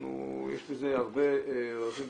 יש בזה הרבה ערכים.